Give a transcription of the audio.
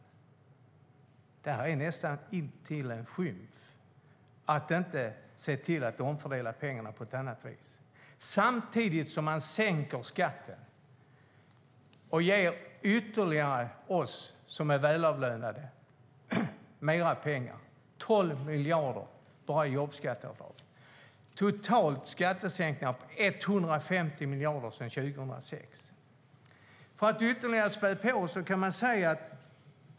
Det är näst intill en skymf att inte se till att omfördela pengarna på ett annat vis. Samtidigt sänker man skatten och ger ytterligare pengar till oss som är välavlönade, 12 miljarder bara i jobbskatteavdrag. Totalt uppgår skattesänkningarna till 150 miljarder sedan 2006.